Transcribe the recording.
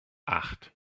acht